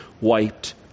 wiped